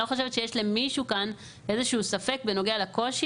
אני לא חושבת שיש למישהו כאן איזשהו ספק בנוגע לקושי